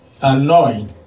annoyed